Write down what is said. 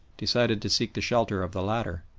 decided to seek the shelter of the latter.